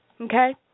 okay